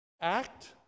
act